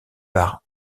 par